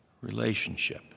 relationship